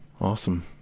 Awesome